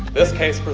this case